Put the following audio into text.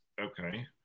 Okay